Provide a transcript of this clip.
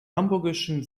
hamburgischen